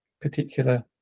particular